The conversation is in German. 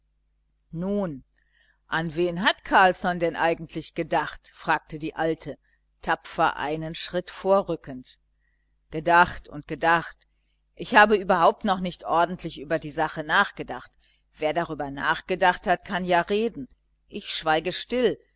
nun an wen hat carlsson denn eigentlich gedacht fragte die alte tapfer einen schritt vorrückend gedacht und gedacht ich habe überhaupt noch nicht ordentlich über die sache nachgedacht wer darüber nachgedacht hat kann ja reden ich schweige still